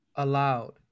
allowed